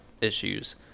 issues